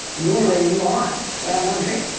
luring you on. well-known trick.